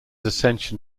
ascension